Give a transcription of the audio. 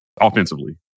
offensively